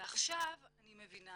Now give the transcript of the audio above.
ועכשיו אני מבינה